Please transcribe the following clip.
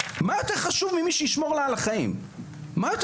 מה יותר חשוב ממי שישמור לה על החיים?